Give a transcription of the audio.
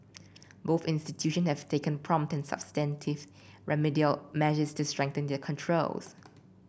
both institutions have taken prompt and substantive remedial measures to strengthen their controls